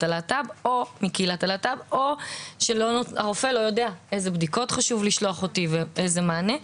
הלהט"ב או שהרופא לא יודע איזה בדיקות חשוב לשלוח אותי ואיזה מענה.